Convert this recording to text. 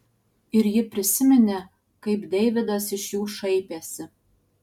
ir ji prisiminė kaip deividas iš jų šaipėsi